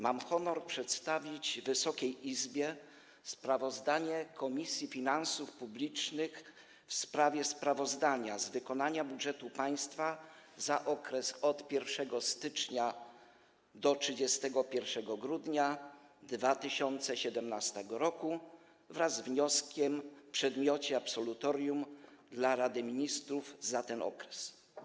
Mam honor przedstawić Wysokiej Izbie sprawozdanie Komisji Finansów Publicznych o sprawozdaniu z wykonania budżetu państwa za okres od 1 stycznia do 31 grudnia 2017 r. wraz z wnioskiem w przedmiocie absolutorium dla Rady Ministrów za ten okres.